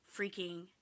freaking